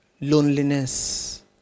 loneliness